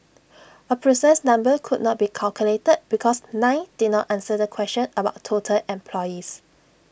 A precise number could not be calculated because nine did not answer the question about total employees